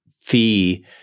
fee